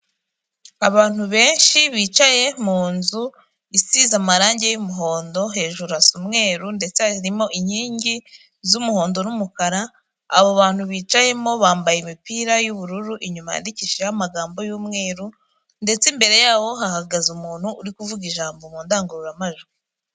Abantu benshi bicaye mu nzu, isize amarange y'umuhondo, hejuru hasa umweru ndetse harimo inkingi z'umuhondo n'umukara, abo bantu bicayemo bambaye imipira yubururu, inyuma yandikishijeho amagambo y'umweru ndetse imbere yaho hahagaze umuntu, uri kuvuga ijambo mu ndangururamajwi.